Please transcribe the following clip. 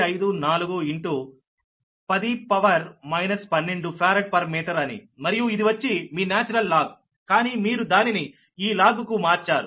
854 10 12 farad per metre అని మరియు ఇది వచ్చి మీ నేచురల్ లాగ్కానీ మీరు దానిని ఈ లాగ్ కు మార్చారు